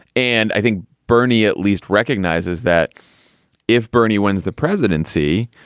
and i think bernie at least recognizes that if bernie wins the presidency,